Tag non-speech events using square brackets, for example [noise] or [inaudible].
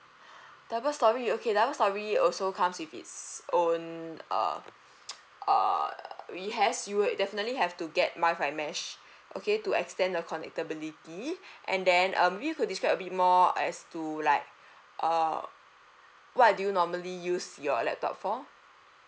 double storey okay double storey also comes with its own uh [noise] uh we has you would definitely have to get wifi mesh okay to extend the connectibility and then um maybe you could describe a bit more as to like uh what do you normally use your laptop for